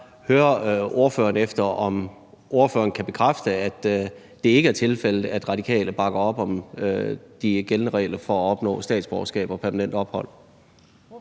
jeg skal bare høre, om ordføreren kan bekræfte, at det ikke er tilfældet, at Radikale bakker op om de gældende regler for at opnå statsborgerskab og permanent ophold.